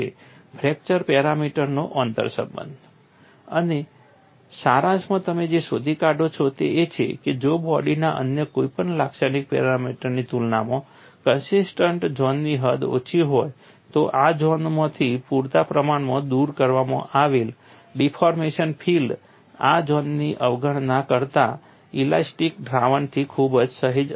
fracture પેરામીટર્સનો આંતરસંબંધ અને સારાંશમાં તમે જે શોધી કાઢો છો તે એ છે કે જો બોડીના અન્ય કોઈ પણ લાક્ષણિક પેરામીટરની તુલનામાં કન્સિસ્ટન્ટ ઝોનની હદ ઓછી હોય તો આ ઝોનમાંથી પૂરતા પ્રમાણમાં દૂર કરવામાં આવેલ ડિફોર્મેશન ફીલ્ડ આ ઝોનની અવગણના કરતા ઇલાસ્ટિક દ્રાવણથી ખૂબ જ સહેજ અલગ હશે